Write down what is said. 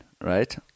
right